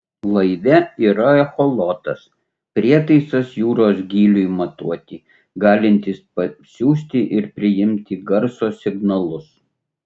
laive yra echolotas prietaisas jūros gyliui matuoti galintis pasiųsti ir priimti garso signalus